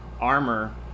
armor